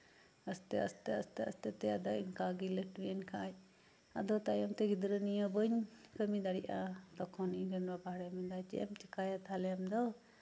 ᱟᱥᱛᱮᱼᱟᱥᱛᱮᱼᱟᱥᱛᱮᱼᱟᱥᱛᱮ ᱛᱮ ᱟᱫᱚ ᱤᱱᱠᱟ ᱜᱮᱭ ᱞᱟᱴᱩᱭᱮᱱ ᱠᱷᱟᱱ ᱟᱫᱚ ᱛᱟᱭᱚᱢ ᱛᱮ ᱜᱤᱫᱽᱨᱟᱹ ᱱᱤᱭᱟᱹ ᱵᱟᱹᱧ ᱠᱟᱹᱢᱤ ᱫᱟᱲᱮᱭᱟᱜᱼᱟ ᱛᱚᱠᱷᱚᱱ ᱤᱧ ᱨᱮᱱ ᱵᱟᱵᱟ ᱦᱚᱲᱮ ᱢᱮᱱᱫᱟ ᱪᱮᱫ ᱮᱢ ᱪᱮᱠᱟᱭᱟ ᱛᱟᱞᱦᱮ ᱟᱢᱫᱚ